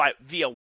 via